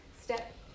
Step